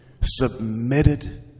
submitted